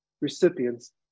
recipients